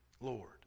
Lord